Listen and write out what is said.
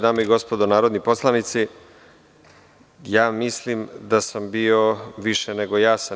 Dame i gospodo narodni poslanici, mislim da sam bio više nego jasan.